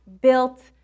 built